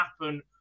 happen